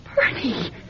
Bernie